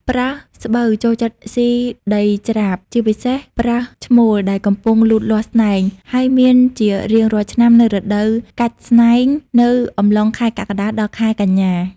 ប្រើសស្បូវចូលចិត្តស៊ីដីច្រាប ជាពិសេសប្រើសឈ្មោលដែលកំពុងលូតលាស់ស្នែង ហើយមានជារៀងរាល់ឆ្នាំនៅរដូវកាច់ស្តែងនៅអំឡុងខែកក្កដា ដល់ខែកញ្ញា។